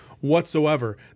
whatsoever